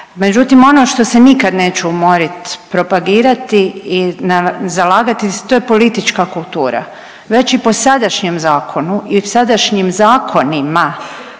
Međutim, ono što se nikad neću umorit propagirati i zalagati to je politička kultura. Već i po sadašnjem zakonu i sadašnjim zakonima